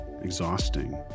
exhausting